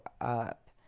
up